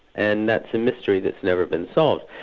and that's a mystery that's never been solved.